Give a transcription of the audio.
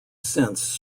since